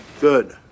Good